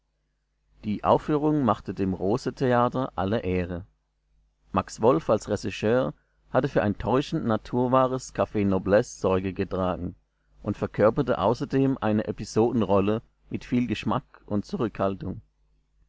die aufführung machte dem rose-theater alle ehre max wolff als regisseur hatte für ein täuschend naturwahres caf noblesse sorge getragen und verkörperte außerdem eine episodenrolle mit viel geschmack und zurückhaltung